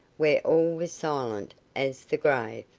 where all was silent as the grave.